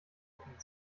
hängt